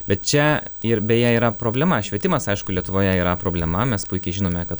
bet čia ir beje yra problema švietimas aišku lietuvoje yra problema mes puikiai žinome kad